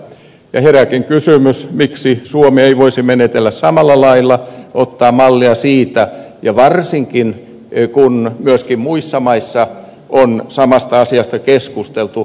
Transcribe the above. herääkin kysymys miksi suomi ei voisi menetellä samalla lailla ottaa mallia siitä varsinkin kun myöskin muissa maissa on samasta asiasta keskusteltu